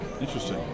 Interesting